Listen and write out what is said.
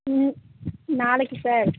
ம் நாளைக்கி சார்